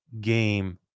game